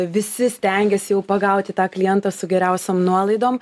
visi stengiasi jau pagauti tą klientą su geriausiom nuolaidom